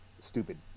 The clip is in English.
stupid